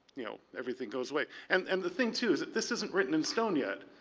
you know, everything goes away. and and the thing, too, this isn't written in stone yet.